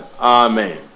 Amen